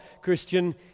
Christian